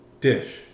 dish